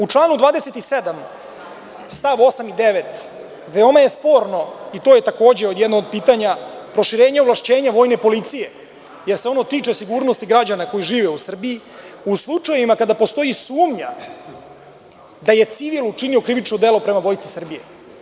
U članu 27. st. 8. i 9. veoma je sporno, i to je isto jedno od pitanja, proširenje ovlašćenja Vojne policije, jer se ono tiče sigurnosti građana koji žive u Srbiji, a u slučajevima kada postoji sumnja da je civil učinio krivično delo prema Vojsci Srbije.